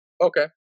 okay